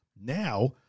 now